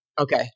Okay